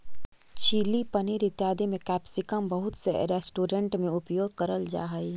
chilli paneer इत्यादि में capsicum बहुत से रेस्टोरेंट में उपयोग करल जा हई